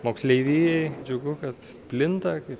moksleivijai džiugu kad plinta kaip